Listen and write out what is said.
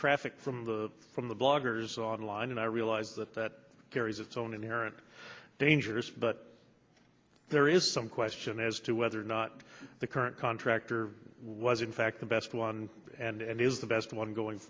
traffic from the from the bloggers on line and i realize that that carries its own inherent dangers but there is some question as to whether or not the current contractor it was in fact the best one and is the best one going